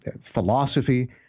philosophy